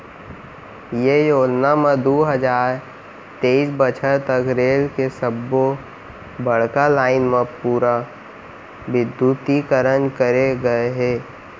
ये योजना म दू हजार तेइस बछर तक रेल के सब्बो बड़का लाईन म पूरा बिद्युतीकरन करे गय हे